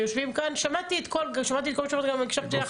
שמעתי את מה שאמרת והקשבתי לך.